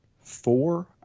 four